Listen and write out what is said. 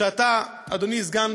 שאתה, אדוני סגן